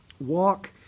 Walk